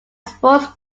sports